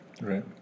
Right